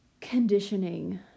conditioning